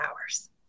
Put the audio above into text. hours